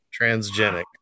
transgenic